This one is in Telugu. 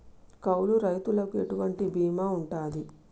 కౌలు రైతులకు ఎటువంటి బీమా ఉంటది?